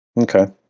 Okay